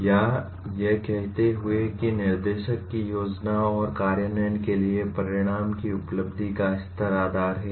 या यह कहते हुए की निर्देश की योजना और कार्यान्वयन के लिए परिणाम की उपलब्धि का स्तर आधार है